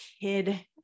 kid